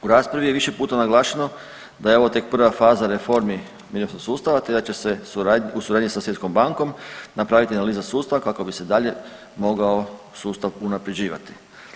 U raspravi je više puta naglašeno da je ovo tek prva faza reformi mirovinskog sustava, te da će se u suradnji sa Svjetskom bankom napraviti analiza sustava kako bi se dalje mogao sustav unaprjeđivati.